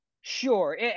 Sure